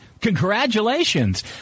Congratulations